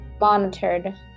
monitored